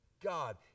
God